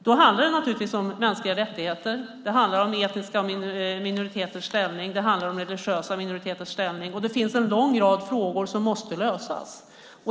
Det handlar naturligtvis om mänskliga rättigheter, om etniska och religiösa minoriteters ställning, och det finns en lång rad frågor som måste lösas.